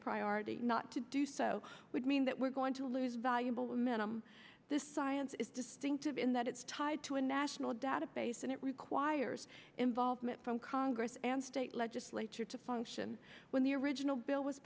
priority not to do so would mean that we're going to lose valuable minim this science is distinctive in that it's tied to a national database and it requires involvement from congress and state legislature to function when the original bill was